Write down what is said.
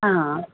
हां